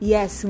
Yes